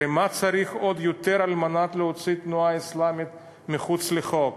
הרי מה צריך עוד כדי להוציא את התנועה האסלאמית אל מחוץ לחוק?